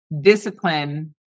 Discipline